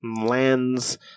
lands